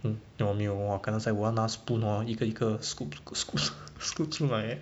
hmm 我有没有 oh !wah! kena sai 我要拿 spoon hor 一个一个 scope scope scope scope 出来 eh